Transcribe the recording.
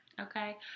Okay